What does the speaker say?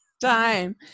time